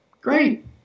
Great